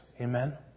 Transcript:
Amen